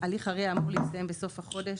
הליך ה-RIA אמור להסתיים בסוף החודש.